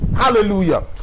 hallelujah